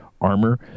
armor